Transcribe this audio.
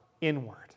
inward